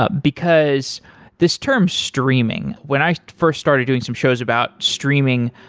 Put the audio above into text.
ah because this term streaming, when i first started doing some shows about streaming,